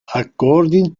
according